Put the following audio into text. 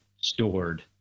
stored